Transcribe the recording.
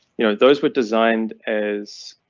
you know those were designed as.